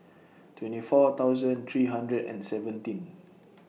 twenty four thousand three hundred and seventeen